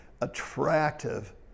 attractive